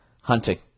hunting